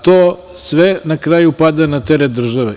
To sve na kraju pada na teret države.